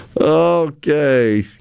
Okay